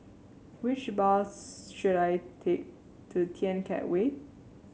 which bus should I take to Kian Teck Way